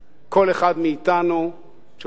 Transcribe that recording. כל אחד מאתנו שהולך